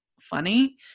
funny